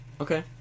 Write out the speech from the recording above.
Okay